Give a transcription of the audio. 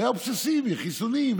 הוא היה אובססיבי: חיסונים,